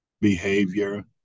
behavior